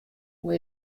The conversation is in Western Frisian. hoe